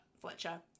Fletcher